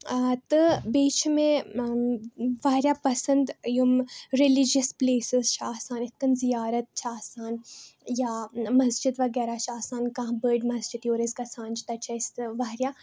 تہٕ بیٚیہِ چھ مےٚ واریاہ پَسنٛد یِم ریٚلجیٚس پٕلیسٕس چھِ آسان اِتھ کٔنۍ زِیارت چھےٚ آسان یا مسجد وَغیرہ چھِ آسان کانٛہہ بٔڑ مَسجد یور أسۍ گژھان چھ تتہِ چھِ أسۍ واریاہ